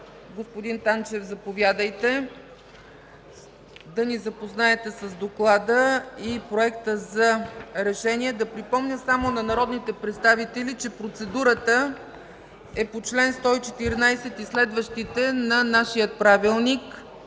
Танчев, да ни запознаете с доклада и Проекта за решение. Да припомня само на народните представители, че процедурата е по чл. 114 и следващите на нашия правилник.